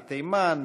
מתימן,